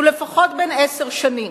הוא לפחות בן עשר שנים.